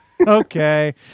Okay